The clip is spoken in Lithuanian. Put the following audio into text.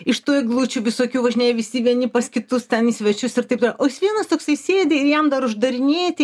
iš tų eglučių visokių važinėja visi vieni pas kitus ten į svečius ir taip toliau o jis vienas toksai sėdi ir jam dar uždarinėti